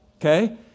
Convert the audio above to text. okay